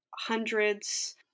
hundreds